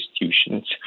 institutions